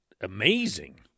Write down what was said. amazing